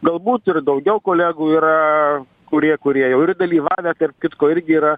galbūt ir daugiau kolegų yra kurie kurie jau ir dalyvavę tarp kitko irgi yra